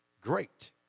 great